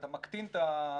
אתה מקטין את ה-Sanctions.